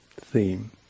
theme